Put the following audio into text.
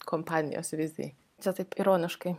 kompanijos vizijai čia taip ironiškai